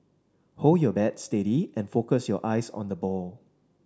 hold your bat steady and focus your eyes on the ball